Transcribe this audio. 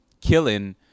killing